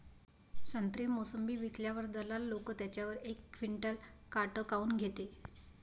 संत्रे, मोसंबी विकल्यावर दलाल लोकं त्याच्यावर एक क्विंटल काट काऊन घेते?